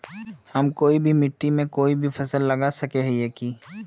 हम कोई भी मिट्टी में कोई फसल लगा सके हिये की?